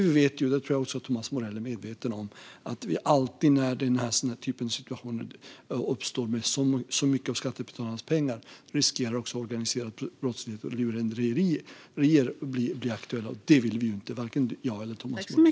Vi vet ju - och det tror jag att också Thomas Morell är medveten om - att vi alltid när den här typen av situationer uppstår med så mycket av skattebetalarnas pengar riskerar att organiserad brottslighet och lurendrejerier blir aktuella. Det vill varken jag eller Thomas Morell.